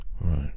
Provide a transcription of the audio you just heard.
Right